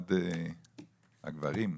למעמד הגברים.